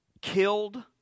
killed